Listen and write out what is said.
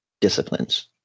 disciplines